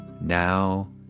now